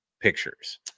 pictures